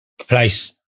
place